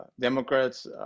Democrats